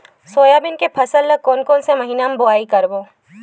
Soybean के फसल ल कोन कौन से महीना म बोआई करबो?